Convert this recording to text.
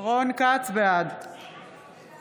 בעד יוראי להב הרצנו,